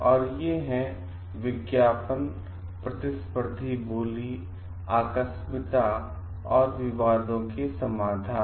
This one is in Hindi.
और ये हैं विज्ञापन प्रतिस्पर्धी बोली आकस्मिकता और विवादों का समाधान